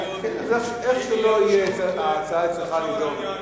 ותהיה עוד שהות לחשוב על העניין.